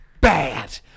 bad